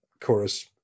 chorus